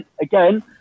again